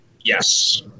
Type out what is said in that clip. Yes